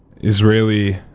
Israeli